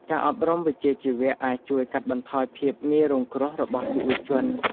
ការអប់រំវិជ្ជាជីវៈអាចជួយកាត់បន្ថយភាពងាយរងគ្រោះរបស់យុវជន។